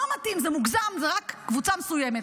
לא מתאים, זה מוגזם, זה רק קבוצה מסוימת.